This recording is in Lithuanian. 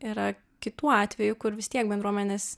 yra kitų atvejų kur vis tiek bendruomenės